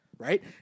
right